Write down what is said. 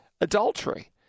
adultery